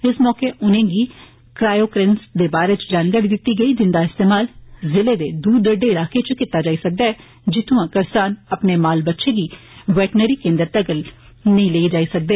इस मौके उनेंगी क्रायोकैन्स दे बारै च जानकारी दित्ती गेई जिंदा इस्तेमाल जिले दे दूर दरेडे इलाकें च कीता जाई सकदा ऐ जित्थुआं करसान अपने माल बच्छे गी वेटनरी केन्द्रें तगर नेई लेइयै आई सकदे